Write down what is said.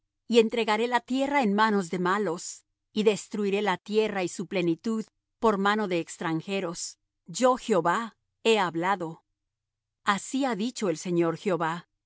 y entregaré la tierra en manos de malos y destruiré la tierra y su plenitud por mano de extranjeros yo jehová he hablado así ha dicho el señor jehová